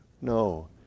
No